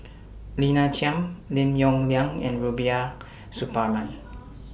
Lina Chiam Lim Yong Liang and Rubiah Suparman